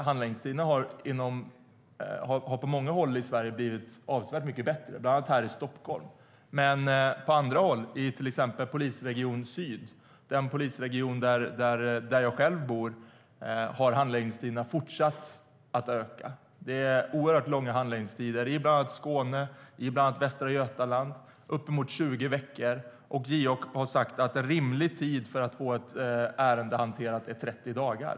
På många håll i Sverige har handläggningstiderna blivit avsevärt mycket kortare, bland annat här i Stockholm. Men på andra håll, till exempel i Polisregion Syd - den polisregion där jag själv bor - har handläggningstiderna fortsatt att öka. Det är oerhört långa handläggningstider, bland annat i Skåne och Västra Götaland. De uppgår ibland till så mycket som 20 veckor. JO har uttalat att rimlig tid för att få ett ärende hanterat är 30 dagar.